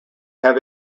have